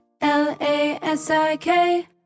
L-A-S-I-K